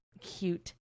cute